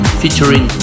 featuring